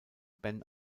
ben